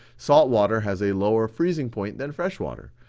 salt water has a lower freezing point than fresh water.